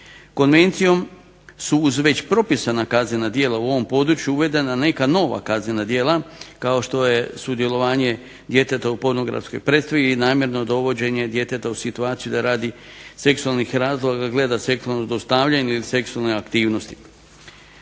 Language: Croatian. Konvencijom su uz već propisana kaznena djela u ovom području uvedena neka nova kaznena djela kao što je sudjelovanje djeteta u pornografskoj predstavi i namjerno dovođenje djeteta u situaciju da radi seksualnih razloga gleda seksualno zlostavljanje ili seksualne aktivnosti.